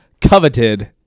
coveted